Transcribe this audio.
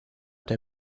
der